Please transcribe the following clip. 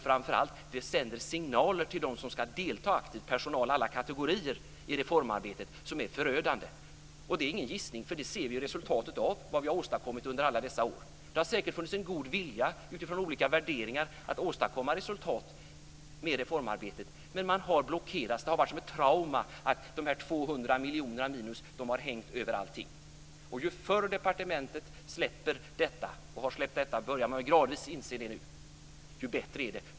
Framför allt sänder det signaler till personal ur alla kategorier som ska delta aktivt i reformarbetet som är förödande. Det är ingen gissning. Vi ser nu resultatet av vad vi har åstadkommit under alla dessa år. Det har säkert funnits en god vilja utifrån olika värderingar att åstadkomma resultat med reformarbetet, men det har blockerats. Det har varit som ett trauma. De 200 miljonerna minus har hängt över allting. Ju förr departementet inser detta - och man har gradvis börjar inse det - och släpper detta desto bättre är det.